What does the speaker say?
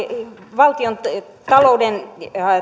valtiontalouden